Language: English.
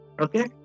Okay